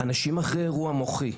אנשים אחרי אירוע מוחי.